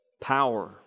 power